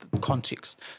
context